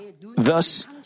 Thus